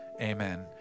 amen